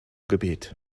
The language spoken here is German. gebet